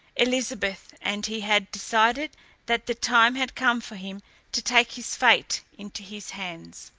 elizabeth and he had decided that the time had come for him to take his fate into his hands.